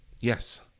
Yes